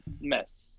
mess